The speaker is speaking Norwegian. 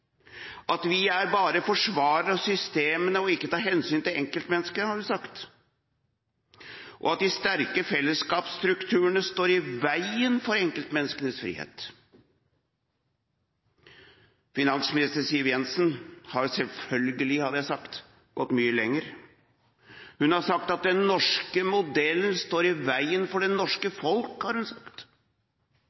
at vi bare er forsvarere av systemene og ikke tar hensyn til enkeltmennesket, har hun sagt, og at de sterke fellesskapsstrukturene står i veien for enkeltmenneskenes frihet. Finansminister Siv Jensen har – selvfølgelig, hadde jeg nær sagt – gått mye lenger. Hun har sagt at den norske modellen «står i veien for det norske folk». Hun